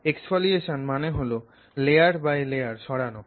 exfoliation মানে হল layer by layer সরানো